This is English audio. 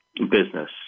business